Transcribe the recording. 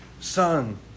Son